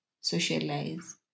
socialize